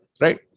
right